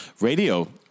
radio